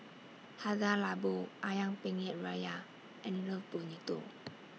Hada Labo Ayam Penyet Ria and Love Bonito